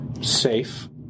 Safe